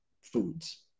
foods